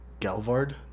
Galvard